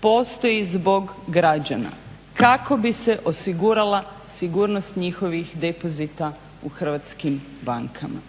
postoji zbog građana kako bi se osigurala sigurnost njihovih depozita u hrvatskim bankama.